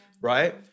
right